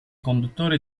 conduttore